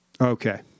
Okay